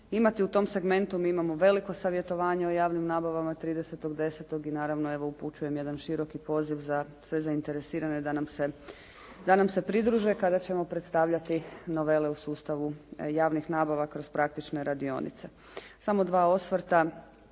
imati u tom segmentu. Mi imamo veliko savjetovanje o javnim nabavama 30.10. i naravno upućujem jedan široki poziv za sve zainteresirane da nam se pridruže kada ćemo predstavljati novele u sustavu javnih nabava kroz praktične radionice. Samo dva osvrta